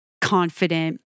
confident